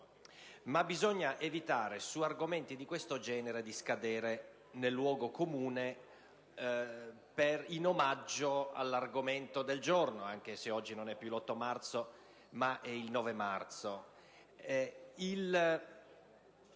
bisogna però evitare, su argomenti di questo genere, di scadere nel luogo comune, in omaggio all'argomento del giorno (anche se oggi non è più l'8 marzo). Il fatto